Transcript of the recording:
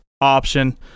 option